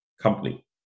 company